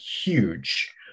huge